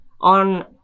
on